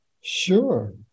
Sure